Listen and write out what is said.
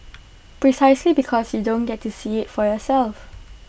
precisely because you don't get to see IT for yourself